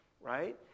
right